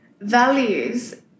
values